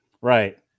right